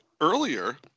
earlier